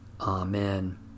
Amen